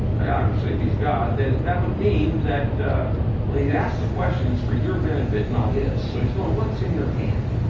ah obviously, if he's god, then that would mean that when he asks the question, it's for your benefit, not his. so he's going, what's in your hand?